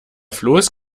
floß